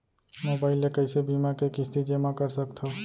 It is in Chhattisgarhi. मोबाइल ले कइसे बीमा के किस्ती जेमा कर सकथव?